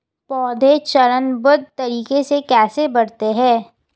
पौधे चरणबद्ध तरीके से कैसे बढ़ते हैं?